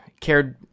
cared